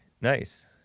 Nice